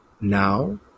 Now